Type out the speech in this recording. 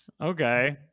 Okay